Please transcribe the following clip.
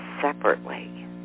separately